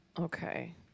Okay